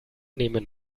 nehmen